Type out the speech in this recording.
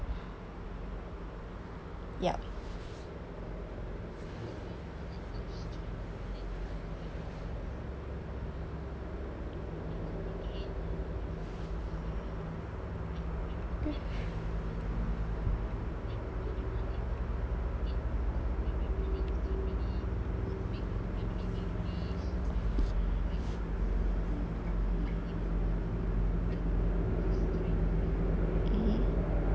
yup mmhmm